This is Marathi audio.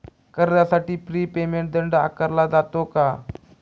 कर्जासाठी प्री पेमेंट दंड आकारला जातो का?